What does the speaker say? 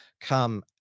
come